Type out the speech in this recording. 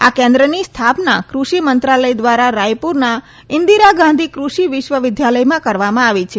આ કેન્દ્રની સ્થાપના કૃષિ મંત્રાલય દ્વારા રાયપુરના ઈદીરા ગાંધી કૃષિ વિશ્વ વિદ્યાલયમાં કરવામાં આવી છે